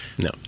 No